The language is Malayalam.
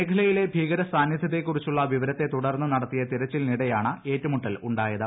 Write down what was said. മേഖലയിലെ ഭീകര സാന്നിധ്യത്തെക്കുറിച്ചുള്ള വിവരത്തെ തുടർന്ന് നടത്തിയ തിരച്ചിലിനിടെയാണ് ഏറ്റുമുട്ടൽ ഉണ്ടായത്